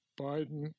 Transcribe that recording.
Biden